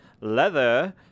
Leather